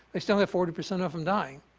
they still have forty percent of them dying.